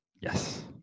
Yes